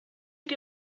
qué